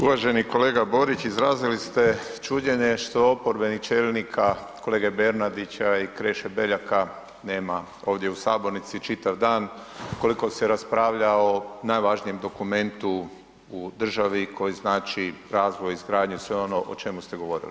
Uvaženi kolega Borić izrazili ste čuđenje što oporbenih čelnika kolege Bernardića i Kreše Beljaka nema ovdje u sabornici čitav dan ukoliko se raspravlja o najvažnijem dokumentu u državi koji znači razvoj, izgradnju i sve ono o čemu ste govorili.